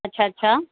अच्छा अच्छा